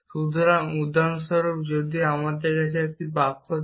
সুতরাং উদাহরণস্বরূপ যদি আমার কাছে একটি বাক্য থাকে